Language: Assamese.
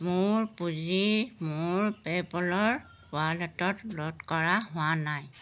মোৰ পুঁজি মোৰ পে'পলৰ ৱালেটত ল'ড কৰা হোৱা নাই